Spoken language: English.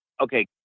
Okay